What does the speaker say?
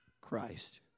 Christ